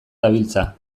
dabiltza